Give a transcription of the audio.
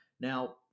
Now